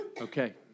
Okay